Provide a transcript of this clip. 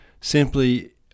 simply